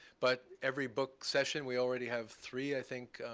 but every book session we already have three, i think,